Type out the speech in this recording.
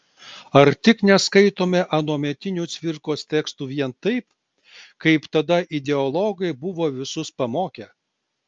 ar tik neskaitome anuometinių cvirkos tekstų vien taip kaip tada ideologai buvo visus pamokę